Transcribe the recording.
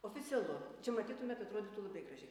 oficialu čia matytumėt atrodytų labai gražiai